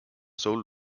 sold